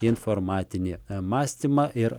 informatinį mąstymą ir